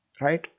right